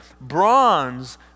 bronze